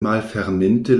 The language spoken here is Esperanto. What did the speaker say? malferminte